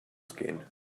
skin